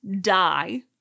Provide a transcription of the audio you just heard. Die